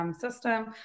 system